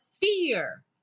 fear